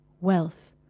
wealth